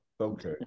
Okay